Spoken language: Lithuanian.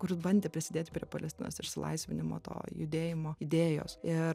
kuris bandė prisidėti prie palestinos išsilaisvinimo to judėjimo idėjos ir